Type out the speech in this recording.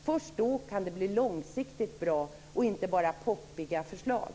Först då kan det bli långsiktigt bra och inte bara poppiga förslag.